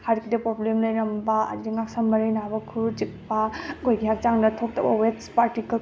ꯍꯥꯔꯠꯀꯤꯗ problem ꯂꯩꯔꯝꯕ ꯑꯗꯒꯤ ꯉꯛꯁꯝ ꯃꯔꯤ ꯅꯥꯕ ꯈꯨꯔꯨ ꯆꯤꯛꯄ ꯑꯩꯈꯣꯏꯒꯤ ꯍꯛꯆꯥꯡꯗ ꯊꯣꯛꯇꯕ ꯋꯦꯁ ꯄꯥꯔꯇꯤꯀꯜ